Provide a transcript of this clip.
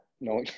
No